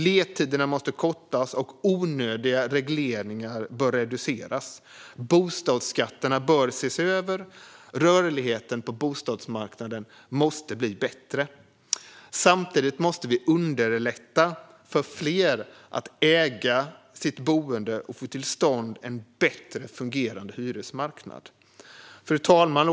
Ledtiderna måste kortas, onödiga regleringar bör reduceras, bostadsskatterna bör ses över och rörligheten på bostadsmarknaden måste bli bättre. Samtidigt måste vi underlätta för fler att äga sitt boende och för att få till stånd en bättre fungerande hyresmarknad. Fru talman!